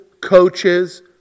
coaches